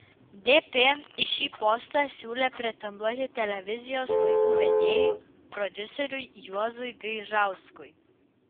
dp į šį postą siūlė pretenduoti televizijos laidų vedėjui prodiuseriui juozui gaižauskui